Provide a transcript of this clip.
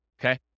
Okay